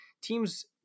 teams